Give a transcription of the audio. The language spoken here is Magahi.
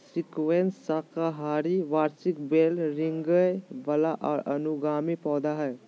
स्क्वैश साकाहारी वार्षिक बेल रेंगय वला और अनुगामी पौधा हइ